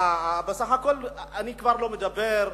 בסך הכול אני כבר לא מדבר,